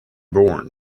born